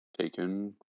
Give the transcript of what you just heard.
taken